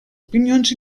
opinions